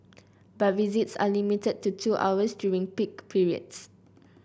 but visits are limited to two hours during peak periods